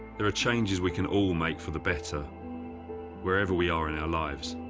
there are changes we can all make for the better wherever we are in our lives.